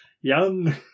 young